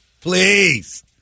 Please